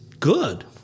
good